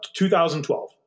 2012